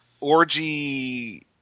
orgy